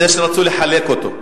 זה שרצו לחלק אותו.